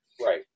Right